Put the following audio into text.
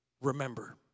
remember